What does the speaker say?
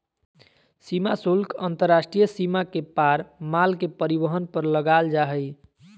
सीमा शुल्क अंतर्राष्ट्रीय सीमा के पार माल के परिवहन पर लगाल जा हइ